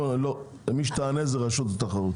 לא, מי שתענה היא נציגת רשות התחרות.